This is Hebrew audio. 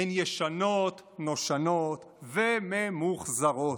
הן ישנות נושנות וממוחזרות.